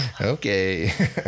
okay